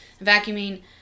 vacuuming